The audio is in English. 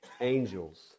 angels